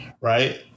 right